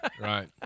Right